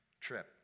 trip